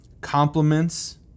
compliments